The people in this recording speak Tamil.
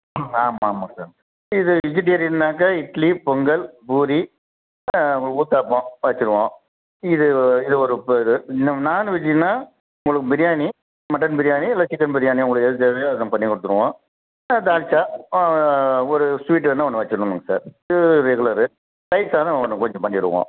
ஆ ஆமாம் ஆமாம் சார் இது வெஜிடேரியன்னாக்கா இட்லி பொங்கல் பூரி ஊத்தாப்போம் வச்சுருவோம் இது ஒ இது ஒரு இன்னும் நாண் வெஜ்ஜுன்னா உங்களுக்கு பிரியாணி மட்டன் பிரியாணி இல்லை சிக்கன் பிரியாணி உங்களுக்கு எது தேவையோ அதை பண்ணிக் கொடுத்துருவோம் தால்ச்சா ஒரு ஸ்வீட் வேண்ணா ஒன்று வச்சுருவோங்க சார் இது ரெகுலரு தயிர் சாதம் ஒன்று கொஞ்சம் பண்ணியிருவோம்